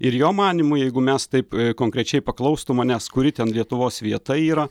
ir jo manymu jeigu mes taip konkrečiai paklaustų manęs kuri ten lietuvos vieta yra